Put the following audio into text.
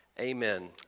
Amen